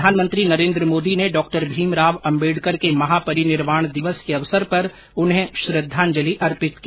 प्रधानमंत्री नरेन्द्र मोदी ने डॉक्टर भीमराव आम्बेडकर के महापरिनिर्वाण दिवस के अवसर पर उन्हें श्रद्वांजलि अर्पित की